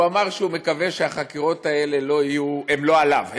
הוא אמר שהוא מקווה שהחקירות האלה הן לא עליו,